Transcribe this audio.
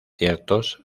ciertos